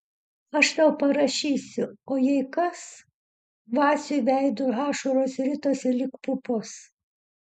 aš tau parašysiu o jei kas vaciui veidu ašaros ritosi lyg pupos